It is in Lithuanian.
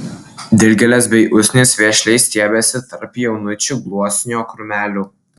dilgėlės bei usnys vešliai stiebėsi tarp jaunučių gluosnio krūmelių